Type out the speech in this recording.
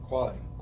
Quality